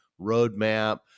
roadmap